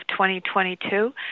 2022